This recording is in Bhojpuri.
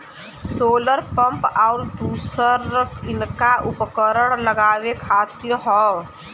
सोलर पम्प आउर दूसर नइका उपकरण लगावे खातिर हौ